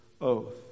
oath